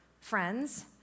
friends